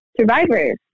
survivors